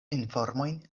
informojn